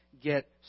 get